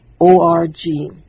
O-R-G